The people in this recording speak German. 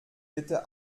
bitte